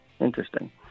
Interesting